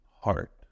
heart